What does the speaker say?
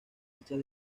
hechas